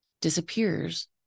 disappears